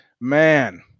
man